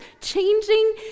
Changing